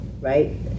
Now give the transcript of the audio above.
right